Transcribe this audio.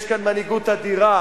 יש פה מנהיגות אדירה